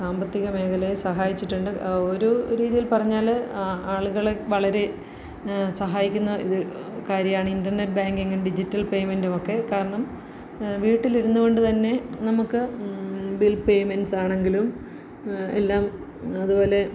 സാമ്പത്തികമേഖലയെ സഹായിച്ചിട്ടുണ്ട് ഒരു രീതിയിൽ പറഞ്ഞാല് ആളുകളെ വളരെ സഹായിക്കുന്ന ഇത് കാര്യമാണ് ഇൻറ്റർനെറ്റ് ബാങ്കിങ്ങ് ഡിജിറ്റൽ പേയ്മെൻറ്റുമൊക്കെ കാരണം വീട്ടിലിരുന്നുകൊണ്ട് തന്നെ നമുക്ക് ബിൽ പേയ്മെൻറ്റ്സ് ആണെങ്കിലും എല്ലാം അതുപോലെ